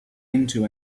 into